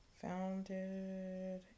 founded